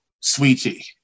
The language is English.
sweetie